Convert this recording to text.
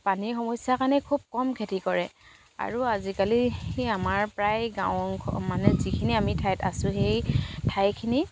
পানীৰ সমস্যা কাৰণেই খুব কম খেতি কৰে আৰু আজিকালি আমাৰ প্ৰায় গাঁও অংশ মানে যিখিনি আমি ঠাইত আছোঁ সেই ঠাইখিনি